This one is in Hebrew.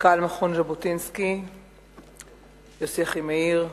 מכון ז'בוטינסקי יוסי אחימאיר,